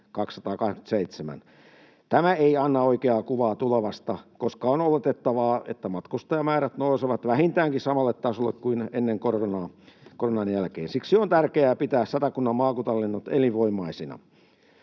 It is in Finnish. Tämä ei anna oikeaa kuvaa tulevasta, koska on oletettavaa, että matkustajamäärät nousevat koronan jälkeen vähintäänkin samalle tasolle kuin ennen koronaa. Siksi on tärkeää pitää Satakunnan maakuntalennot elinvoimaisina.